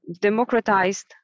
democratized